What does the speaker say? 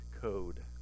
code